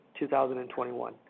2021